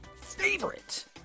favorite